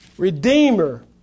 Redeemer